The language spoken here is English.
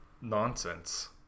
nonsense